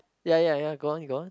ya ya ya go on go on